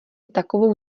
takovou